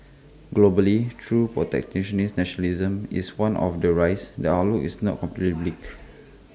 globally though protectionist nationalism is one the rise the outlook is not completely bleak